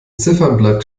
ziffernblatt